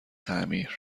تعمیر